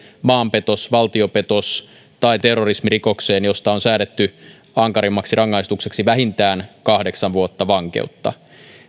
maanpetos valtiopetos tai terrorismirikokseen josta on säädetty ankarimmaksi rangaistukseksi vähintään kahdeksan vuotta vankeutta